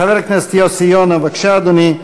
חבר הכנסת יוסי יונה, בבקשה, אדוני.